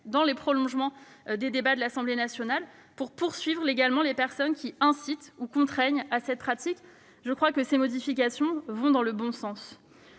dans le prolongement des débats de l'Assemblée nationale, pour poursuivre également les personnes qui incitent ou contraignent à cette pratique. Je crois que ces modifications vont dans le bon sens.